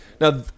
Now